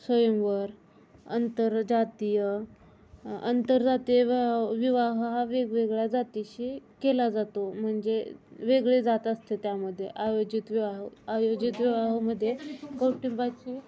स्वयंवर आंतरजातीय आंतरजातीय विवाह हा वेगवेगळ्या जातीशी केला जातो म्हणजे वेगळे जात असते त्यामध्ये आयोजित विवाह आयोजित विवाहमध्ये कौटुंबाचे